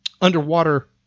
underwater